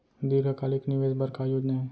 दीर्घकालिक निवेश बर का योजना हे?